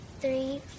three